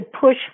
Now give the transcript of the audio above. push